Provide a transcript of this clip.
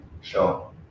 Sure